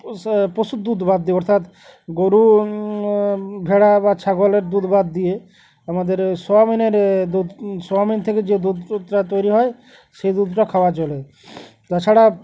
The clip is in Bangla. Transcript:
পশুর দুধ বাদ দিয়ে অর্থাৎ গরু ভেড়া বা ছাগলের দুধ বাদ দিয়ে আমাদের সোয়ামিনের দুধ সোয়াবিন থেকে যে দুধটা তৈরি হয় সেই দুধটা খাওয়া চলে তাছাড়া